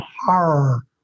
horror